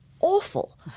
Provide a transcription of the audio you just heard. Awful